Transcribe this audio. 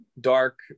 dark